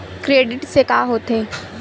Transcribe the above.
Credit से का होथे?